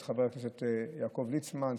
את חבר הכנסת יעקב ליצמן,